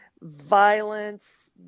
violence